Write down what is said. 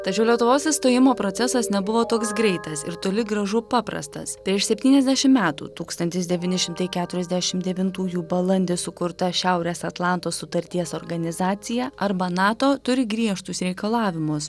tačiau lietuvos įstojimo procesas nebuvo toks greitas ir toli gražu paprastas prieš septyniasdešim metų tūkstantis devyni šimtai keturiasdešim devintųjų balandį sukurta šiaurės atlanto sutarties organizacija arba nato turi griežtus reikalavimus